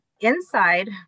inside